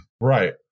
Right